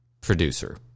producer